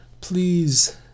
please